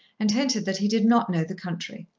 and hinted that he did not know the country.